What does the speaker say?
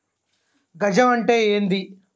గజం అంటే ఏంది?